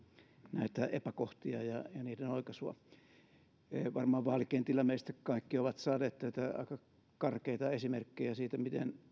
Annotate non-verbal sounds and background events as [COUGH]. näitä epäkohtia ja [UNINTELLIGIBLE] ja niiden oikaisua varmaan vaalikentillä meistä kaikki ovat saaneet aika karkeita esimerkkejä siitä miten